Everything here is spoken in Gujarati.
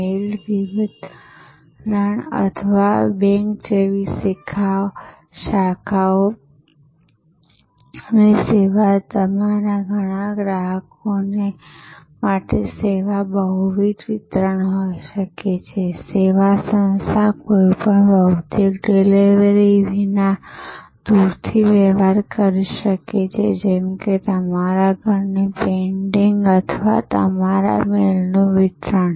મેઇલ વિવરણ અથવા બેંક જેવી સેવા ઘણા ગ્રાહકોને માટે સેવા બહુવિધ વિતરણ હોઈ શકે છે સેવા સંસ્થા કોઈપણ ભૌતિક ડિલિવરી વિના દૂરથી વ્યવહાર કરી શકે છે જેમ કે તમારા ઘરની પેઇન્ટિંગ અથવા તમારા મેઇલનુ વિતરણ